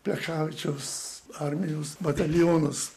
plechavičiaus armijos batalionus